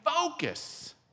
focus